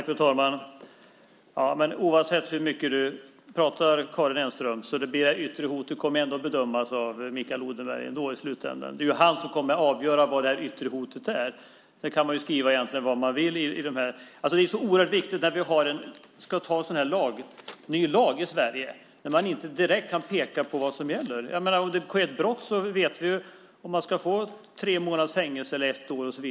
Fru talman! Oavsett hur mycket du talar, Karin Enström, kommer det yttre hotet ändå bedömas av Mikael Odenberg i slutändan. Det är han som kommer att avgöra vad det yttre hotet är, så man kan skriva vad man vill. Det är oerhört viktigt att detta kommer fram när vi ska ta en ny lag i Sverige där man inte direkt kan peka på vad som gäller. Sker det ett brott vet vi om man ska få fängelse i tre månader eller ett år.